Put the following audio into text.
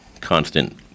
constant